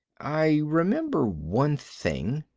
i remember one thing.